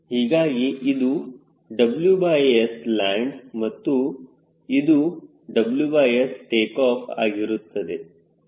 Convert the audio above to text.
ಹೀಗಾಗಿ ಇದು WSland ಇದು WSTO ಆಗಿರುತ್ತದೆ